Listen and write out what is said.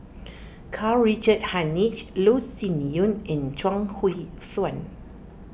Karl Richard Hanitsch Loh Sin Yun and Chuang Hui Tsuan